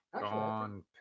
gone